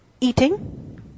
eating